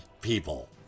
people